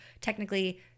technically